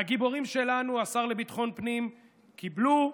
והגיבורים שלנו, השר לביטחון פנים, קיבלו,